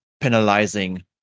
penalizing